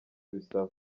bisaba